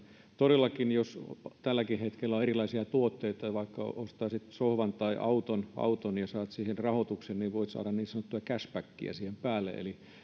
todellakin tälläkin hetkellä on erilaisia tuotteita jos vaikka ostat sohvan tai auton auton ja saat siihen rahoituksen niin voit saada niin sanottua cashbackia siihen päälle eli